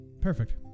Perfect